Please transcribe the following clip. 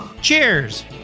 Cheers